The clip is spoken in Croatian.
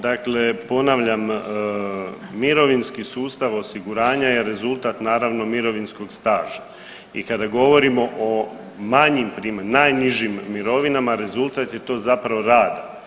Dakle ponavljam, mirovinski sustav osiguranja je rezultat naravno mirovinskog staža i kada govorimo o manjim primanjima, najnižim mirovinama, rezultat je to zapravo rada.